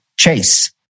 chase